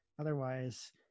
otherwise